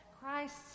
Christ